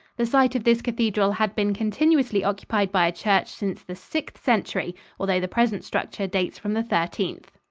the site of this cathedral had been continuously occupied by a church since the sixth century, although the present structure dates from the thirteenth.